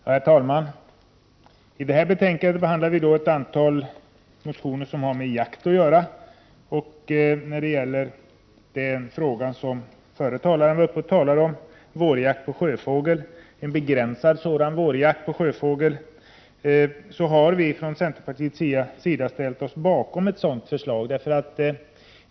Herr talman! I detta betänkande behandlas ett antal motioner som har med jakt att göra. Det förslag som föregående talare behandlade, nämligen en begränsad vårjakt på sjöfågel, har vi från centern ställt oss bakom.